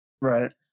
Right